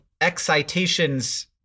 excitations